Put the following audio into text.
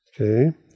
Okay